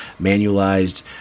manualized